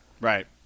Right